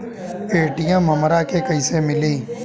ATM हमरा के कइसे मिली?